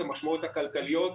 את המשמעויות הכלכליות.